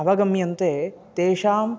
अवगम्यन्ते तेषाम्